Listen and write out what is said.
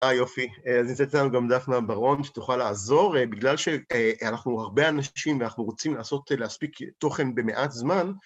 אה יופי. אז נמצאת איתנו גם דפנה בראון שתוכל לעזור. בגלל שאנחנו הרבה אנשים ואנחנו רוצים לעשות... להספיק תוכן במעט זמן